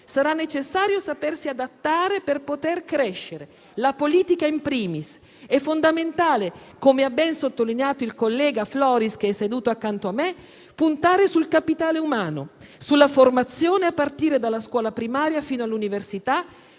sarà necessario sapersi adattare per poter crescere, la politica *in primis*. È fondamentale, come ha ben sottolineato il collega Floris, che è seduto accanto a me, puntare sul capitale umano, sulla formazione, a partire dalla scuola primaria fino all'università,